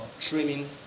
training